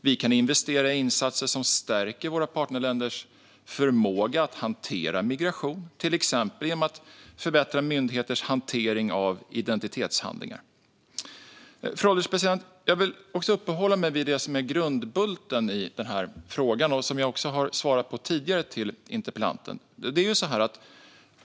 Vi kan investera i insatser som stärker våra partnerländers förmåga att hantera migration, till exempel genom att förbättra myndigheters hantering av identitetshandlingar. Fru ålderspresident! Låt mig uppehålla mig vid det som är grundbulten i frågan; jag har också tidigare svarat interpellanten om detta.